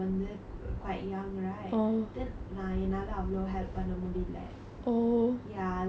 ya then அதனால அவங்க தான் எல்லாம் செஞ்சானாலே:athanaala avanga thaan ellaam senjanaale they got tired and they said we're not going to buy anymore